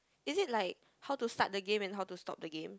is it like how to start the game and how to stop the game